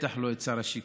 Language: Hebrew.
בטח לא את שר השיכון,